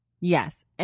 Yes